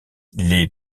les